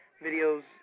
videos